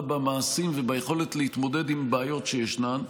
במעשים וביכולת להתמודד עם בעיות שישנן,